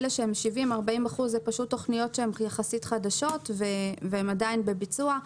אלה שהן 70 40% הן תוכניות שהן יחסית חדשות והן עדיין בביצוע.